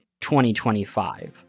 2025